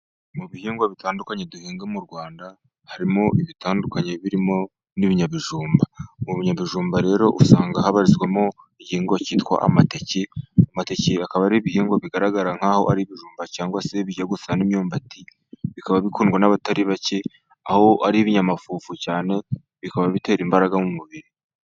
Mu bihingwa bitandukanye duhinga mu Rwanda, harimo ibitandukanye birimo n'ibinyabijumba, mu binyabijumba rero usanga habarizwamo igihingwa cyitwa amateke, amateke akaba ari ibihingwa bigaragara nk'aho ari ibijumba cyangwa se bijya gusa n'imyumbati , bikaba bikundwa n'abatari bake ,aho ari ibinyamafufu cyane bikaba bitera imbaraga mu mubiri.